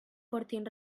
portin